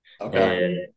Okay